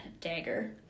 dagger